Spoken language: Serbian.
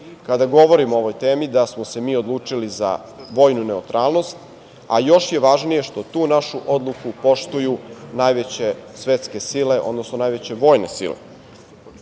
kada govorimo o ovoj temi da smo se mi odlučili za vojnu neutralnost, a još je važnije da tu našu odluku poštuju najveće svetske sile, odnosno najveće vojne sile.